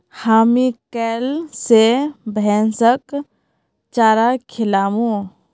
हामी कैल स भैंसक चारा खिलामू